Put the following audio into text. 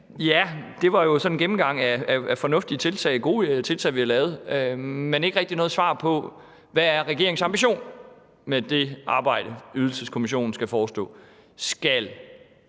Ja, det var jo sådan en gennemgang af fornuftige tiltag, gode tiltag, vi har lavet, men der var ikke rigtig noget svar på, hvad regeringens ambition er med det arbejde, Ydelseskommissionen skal forestå. Skal